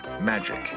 magic